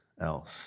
else